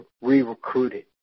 re-recruited